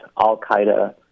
al-Qaeda